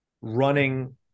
running